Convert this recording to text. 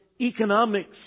economics